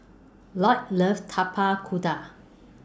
Lloyd loves Tapak Kuda